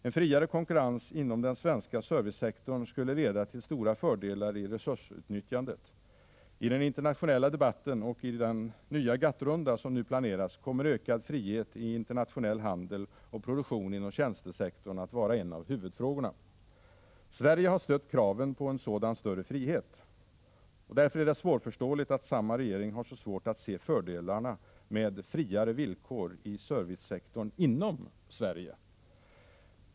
En friare konkurrens inom den svenska servicesektorn skulle leda till stora fördelar i resursutnyttjandet. I den internationella debatten och i den nya GATT-runda som nu planeras kommer ökad frihet i internationell handel och produktion inom tjänstesektorn att vara en av huvudfrågorna. Sverige har stött kraven på en sådan större frihet. Därför är det svårförståeligt att samma regering har så svårt att se fördelarna med friare villkor i servicesektorn inom Sverige.